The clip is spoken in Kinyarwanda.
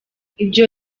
ibyo